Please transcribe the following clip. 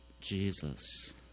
Jesus